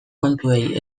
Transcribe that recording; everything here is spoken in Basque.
kontuei